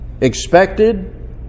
expected